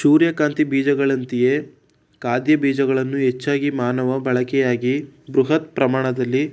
ಸೂರ್ಯಕಾಂತಿ ಬೀಜಗಳಂತೆಯೇ ಖಾದ್ಯ ಬೀಜಗಳನ್ನು ಹೆಚ್ಚಾಗಿ ಮಾನವ ಬಳಕೆಗಾಗಿ ಬೃಹತ್ ಪ್ರಮಾಣದಲ್ಲಿ